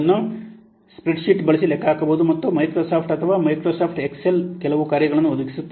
ಇದನ್ನು spreadsheet ಬಳಸಿ ಲೆಕ್ಕಹಾಕಬಹುದು ಮತ್ತು ಮೈಕ್ರೋಸಾಫ್ಟ್ ಅಥವಾ ಮೈಕ್ರೋಸಾಫ್ಟ್ ಎಕ್ಸೆಲ್ ಕೆಲವು ಕಾರ್ಯಗಳನ್ನು ಒದಗಿಸುತ್ತದೆ